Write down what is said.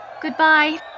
Goodbye